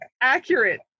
accurate